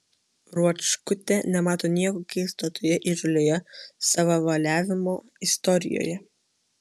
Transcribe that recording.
ruočkutė nemato nieko keisto toje įžūlioje savavaliavimo istorijoje